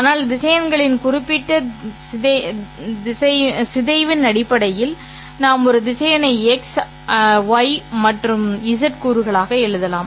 ஆனால் திசையன்களின் இந்த குறிப்பிட்ட சிதைவின் அடிப்படையில் நாம் ஒரு திசையனை ́x andy மற்றும் ́z கூறுகளாக எழுதலாம்